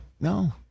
No